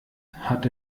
hat